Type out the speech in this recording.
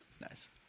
Nice